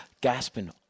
gasping